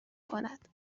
کند